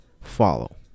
follow